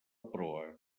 proa